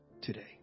today